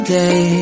day